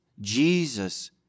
Jesus